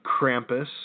Krampus